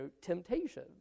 temptation